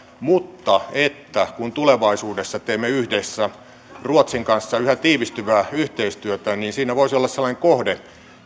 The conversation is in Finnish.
mutta että kun tulevaisuudessa teemme yhdessä ruotsin kanssa yhä tiivistyvää yhteistyötä niin siinä voisi olla sellainen kohde